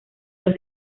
los